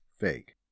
Fake